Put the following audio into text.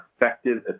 effective